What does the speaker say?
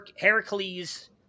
Heracles